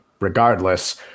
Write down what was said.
regardless